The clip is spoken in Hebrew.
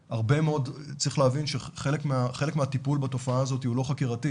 צריך להבין שחלק מהטיפול בתופעה הזאת הוא לא חקירתי,